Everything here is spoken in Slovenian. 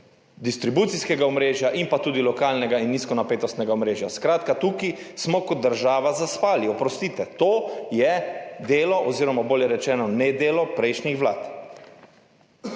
distribucijskega omrežja, pa tudi lokalnega in nizkonapetostnega omrežja. Skratka, tukaj smo kot država zaspali. Oprostite, to je delo oziroma bolje rečeno nedelo prejšnjih vlad.